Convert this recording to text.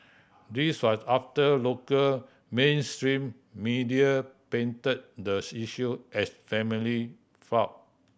this was after local mainstream media painted the issue as family feud